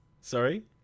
sorry